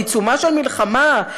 בעיצומה של מלחמה,